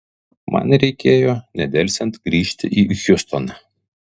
man reikėjo nedelsiant grįžti į hjustoną